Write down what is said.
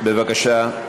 בבקשה,